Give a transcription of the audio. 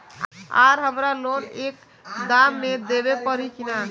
आर हमारा लोन एक दा मे देवे परी किना?